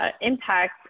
impact